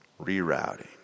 rerouting